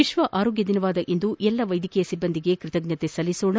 ವಿಶ್ವ ಆರೋಗ್ಯ ದಿನವಾದ ಇಂದು ಎಲ್ಲ ವೈದ್ಯಕೀಯ ಸಿಬ್ಬಂದಿಗೆ ಕೃತಜ್ಞತೆ ಸಲ್ಲಿಸೋಣ